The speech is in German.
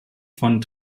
von